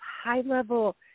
high-level